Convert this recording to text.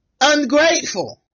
ungrateful